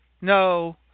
No